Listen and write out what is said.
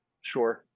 sure